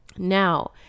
Now